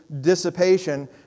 dissipation